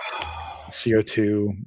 co2